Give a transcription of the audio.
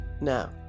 Now